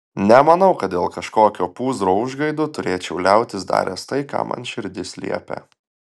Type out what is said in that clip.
nemanau kad dėl kažkokio pūzro užgaidų turėčiau liautis daręs tai ką man širdis liepia